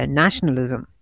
nationalism